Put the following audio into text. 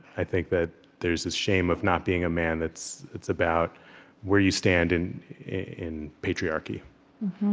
i think that there's the shame of not being a man. it's it's about where you stand in in patriarchy